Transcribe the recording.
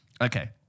Okay